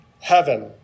heaven